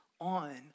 on